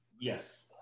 Yes